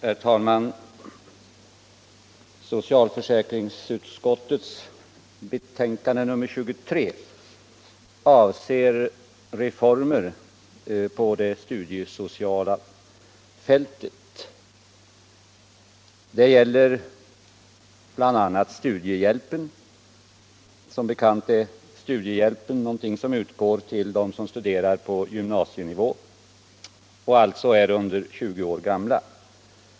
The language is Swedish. Herr talman! Socialförsäkringsutskottets betänkande nr 23 avser reformer på det studiesociala fältet. Det gäller bl.a. studiehjälpen. Som bekant är studiehjälpen någonting som utgår till dem som studerar på gymnasienivå och är under 20 år gamla.